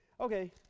Okay